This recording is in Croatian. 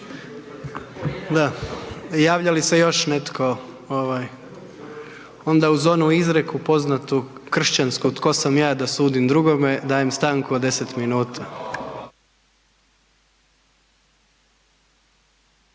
Javlja li se još netko? Onda uz onu izreku poznatu kršćansku tko sam ja da sudim drugome, dajem stanku od deset minuta.